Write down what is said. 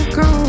go